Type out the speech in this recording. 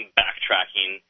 backtracking